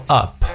up